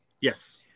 Yes